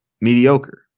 mediocre